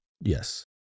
Yes